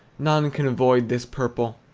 none can avoid this purple,